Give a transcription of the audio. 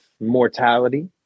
mortality